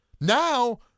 Now